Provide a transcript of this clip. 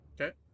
Okay